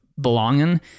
belonging